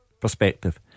Perspective